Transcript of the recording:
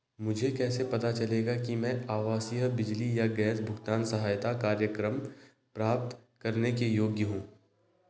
मुझे कैसे पता चलेगा कि मैं आवासीय बिजली या गैस भुगतान सहायता कार्यक्रम प्राप्त करने के योग्य हूँ?